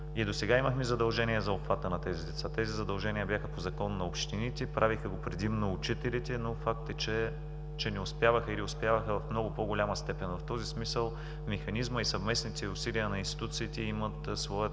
и досега имахме задължения за обхвата на тези деца. Тези задължения бяха по Закон на общините. Правиха го предимно учителите, но факт е, че не успяваха или успяваха в много по-голяма степен. В този смисъл механизмът и съвместните усилия на институциите имат своята